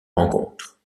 rencontre